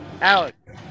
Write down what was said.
Alex